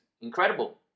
incredible